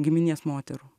giminės moterų